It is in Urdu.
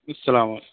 السّلام آ